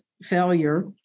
failure